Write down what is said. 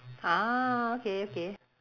ah okay okay